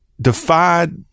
defied